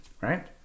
right